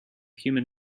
human